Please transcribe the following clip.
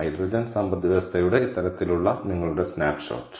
hydrogen സമ്പദ്വ്യവസ്ഥയുടെ ഇത്തരത്തിലുള്ള നിങ്ങളുടെ സ്നാപ്പ് ഷോട്ട്